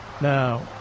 Now